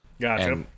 gotcha